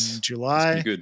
July